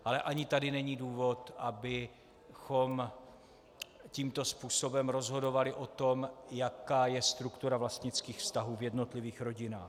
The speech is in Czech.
Ale ani tady není důvod, abychom tímto způsobem rozhodovali o tom, jaká je struktura vlastnických vztahů v jednotlivých rodinách.